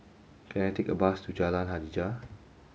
can I take a bus to Jalan Hajijah